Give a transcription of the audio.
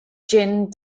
jin